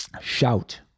Shout